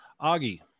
Augie